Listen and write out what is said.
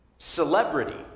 Celebrity